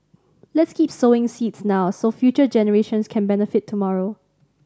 let's keep sowing seeds now so future generations can benefit tomorrow